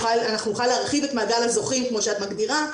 אנחנו נוכל להרחיב את מעגל הזוכים כמו שאת מגדירה,